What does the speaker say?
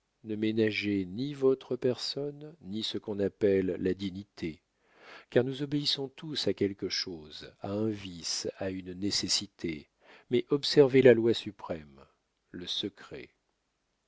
ne ménagez ni votre personne ni ce qu'on appelle la dignité car nous obéissons tous à quelque chose à un vice à une nécessité mais observez la loi suprême le secret